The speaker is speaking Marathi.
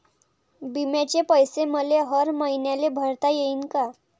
बिम्याचे पैसे मले हर मईन्याले भरता येईन का?